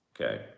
okay